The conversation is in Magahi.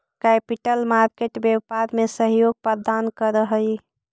कैपिटल मार्केट व्यापार में सहयोग प्रदान करऽ हई